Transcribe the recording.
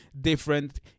different